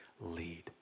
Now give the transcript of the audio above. lead